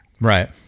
right